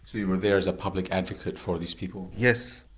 so you were there as a public advocate for these people? yes.